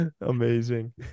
amazing